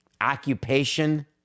Occupation